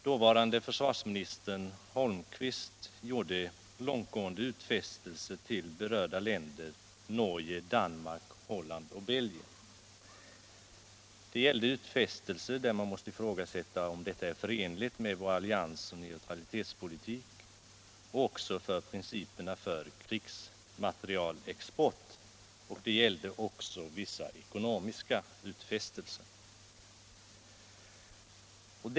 Dåvarande försvarsministern Holmqvist gjorde långtgående utfästelser 25 till berörda länder: Norge, Danmark, Holland och Belgien. Dessa utfästelser var sådana att man måste ifrågasätta om de var förenliga med vår alliansfrihetsoch neutralitetspolitik och med principerna för krigsmaterielexport. Det förekom också vissa ekonomiska utfästelser.